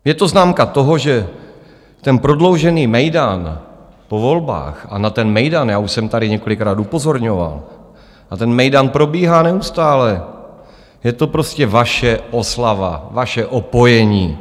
Je to známka toho, že ten prodloužený mejdan po volbách, a na ten mejdan já už jsem tady několikrát upozorňoval, a ten mejdan probíhá neustále, je to prostě vaše oslava, vaše opojení.